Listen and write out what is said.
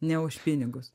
ne už pinigus